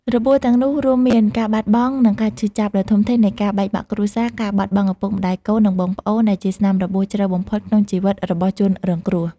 របួសទាំងនោះរួមមាន ការបាត់បង់ និងការឈឺចាប់ ដ៏ធំធេងនៃការបែកបាក់គ្រួសារ ការបាត់បង់ឪពុកម្ដាយ កូន និងបងប្អូន ដែលជាស្នាមរបួសជ្រៅបំផុតក្នុងជីវិតរបស់ជនរងគ្រោះ។